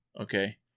okay